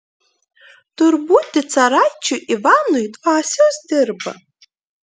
tur būti caraičiui ivanui dvasios dirba